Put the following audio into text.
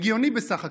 הגיוני בסך הכול,